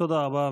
תודה רבה.